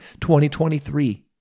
2023